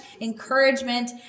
encouragement